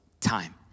time